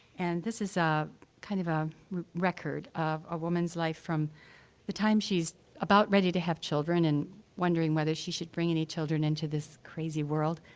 and this is ah kind of a record of a woman's life from the time she's about ready to have children and wondering whether she should bring any children into this crazy world.